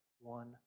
one